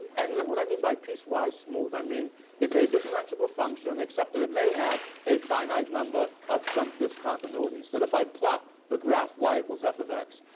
and remember what i mean by piecewise smooth. i mean it's a differentiable function except that it may have a finite number of jump discontinuities, that if i plot the graph y equals f of x,